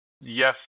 yes